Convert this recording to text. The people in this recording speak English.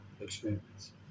experience